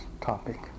topic